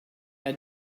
our